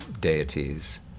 deities